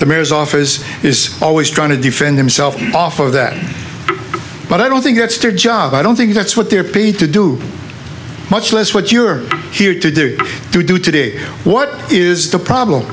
the mayor's office is always trying to defend himself off of that but i don't think it's their job i don't think that's what they're paid to do much less what you're here to do to do today what is the problem